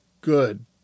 good